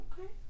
Okay